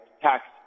tax